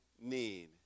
need